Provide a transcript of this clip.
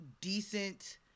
decent